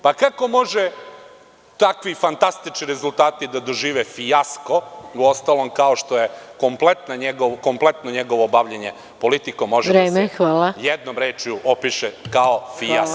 Pa kako može takvi fantastični rezultati da dožive fijasko, uostalom kao što je kompletno njegovo bavljenje politikom može da se jednom rečju opiše kao - fijasko.